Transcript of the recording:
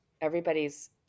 everybody's